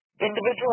individual